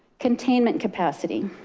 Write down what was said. containment capacity,